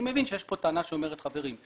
אני מבין שיש כאן טענה שאומרת, חברים,